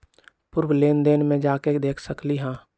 पूर्व लेन देन में जाके देखसकली ह?